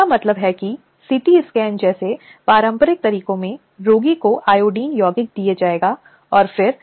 इसलिए इसलिए जितनी जल्दी हो सके एक जांच शुरू करना एक महत्वपूर्ण पहलू है जो वहां है